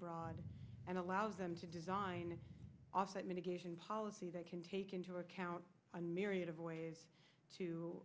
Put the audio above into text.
broad and allows them to design off that mitigation policy that can take into account a myriad of ways too